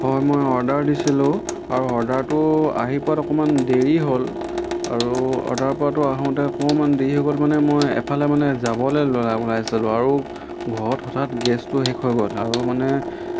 হয় মই অৰ্ডাৰ দিছিলোঁ আৰু অৰ্ডাৰটো আহি পোৱাত অকণমান দেৰি হ'ল আৰু অৰ্ডাৰ পোৱাটো আহোঁতে অকণমান দেৰি হৈ গ'ল মানে মই এফালে মানে যাবলৈ ওলাইছিলোঁ আৰু ঘৰত হঠাৎ গেছটো শেষ হৈ গ'ল আৰু মানে